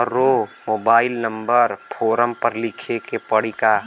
हमरो mobile number form पर लिखे के पड़ी का?